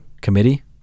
committee